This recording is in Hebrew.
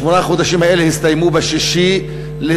שמונת החודשים האלה הסתיימו ב-6 במרס,